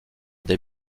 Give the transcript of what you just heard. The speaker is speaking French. des